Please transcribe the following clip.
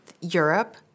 Europe